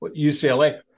UCLA